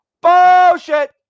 Bullshit